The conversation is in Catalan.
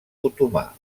otomà